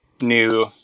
new